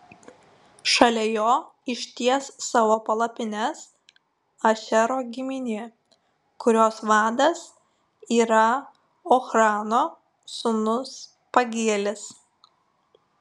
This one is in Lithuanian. šalia jo išties savo palapines ašero giminė kurios vadas yra ochrano sūnus pagielis